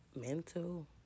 mental